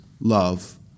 love